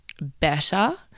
better